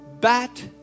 bat